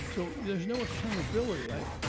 so there's no accountability.